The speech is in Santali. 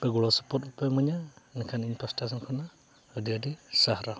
ᱟᱯᱮ ᱜᱚᱲᱚ ᱥᱚᱯᱚᱦᱚᱫ ᱯᱮ ᱮᱢᱟᱹᱧᱟ ᱤᱱᱟᱹ ᱠᱷᱟᱱ ᱤᱧ ᱯᱟᱥᱴᱟ ᱥᱮᱫ ᱠᱷᱚᱱᱟᱜ ᱟᱹᱰᱤ ᱟᱹᱰᱤ ᱥᱟᱨᱦᱟᱣ